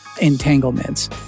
entanglements